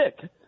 sick